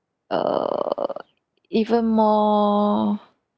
err even more